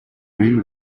green